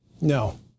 No